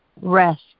rest